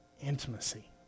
intimacy